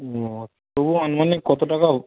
ও তবুও আনুমানিক কত টাকা